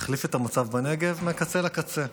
תשנה את המצב בנגב מקצה לקצה.